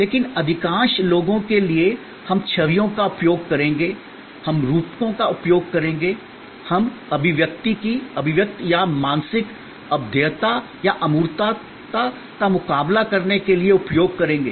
लेकिन अधिकांश लोगों के लिए हम छवियों का उपयोग करेंगे हम रूपकों का उपयोग करेंगे हम अभिव्यक्ति की अभिव्यक्ति या मानसिक अभेद्यता या अमूर्तता का मुकाबला करने के लिए उपयोग करेंगे